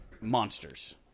monsters